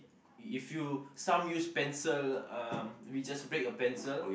if you some use pencil um we just break a pencil